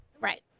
Right